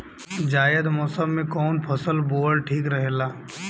जायद मौसम में कउन फसल बोअल ठीक रहेला?